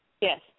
yes